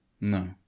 No